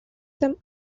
them